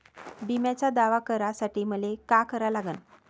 बिम्याचा दावा करा साठी मले का करा लागन?